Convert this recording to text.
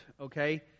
okay